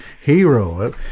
hero